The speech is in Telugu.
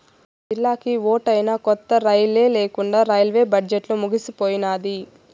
మనజిల్లాకి ఓటైనా కొత్త రైలే లేకండా రైల్వే బడ్జెట్లు ముగిసిపోయినాది